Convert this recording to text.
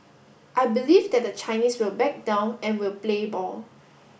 I believe that the Chinese will back down and will play ball